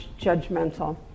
judgmental